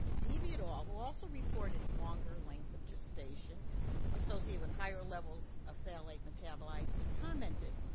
adibi et al, who also reported longer length of gestation associated with higher levels of phthalate metabolites commented,